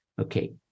Okay